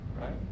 right